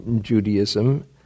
Judaism